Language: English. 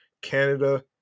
canada